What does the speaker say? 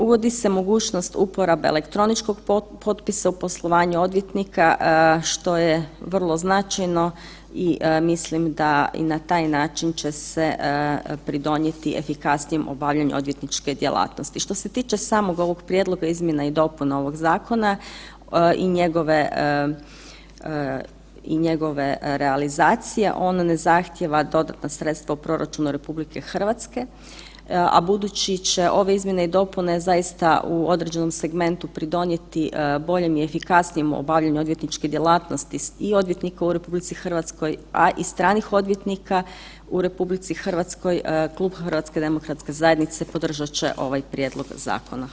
Uvodi se mogućnost uporabe elektroničkog potpisa u poslovanju odvjetnika što je vrlo značajno i mislim da i na taj način će se pridonijeti efikasnijem obavljanju odvjetničke djelatnosti Što se tiče samog ovog prijedlog izmjena i dopuna ovog zakona i njegove realizacije, on ne zahtjeva dodatna sredstva u proračunu RH, a budući će ove izmjene i dopune zaista u određenom segmentu pridonijeti boljem i efikasnije obavljanju odvjetničke djelatnosti i odvjetnika u RH, a i stranih odvjetnika u RH klub HDZ-a će podržati ovaj prijedlog zakona.